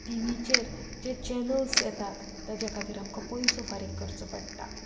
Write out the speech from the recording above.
T व्हीचेर जे channels येतात ताचे खातीर आमकां पयसो फारीक करचो पडटा